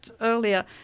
earlier